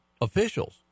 officials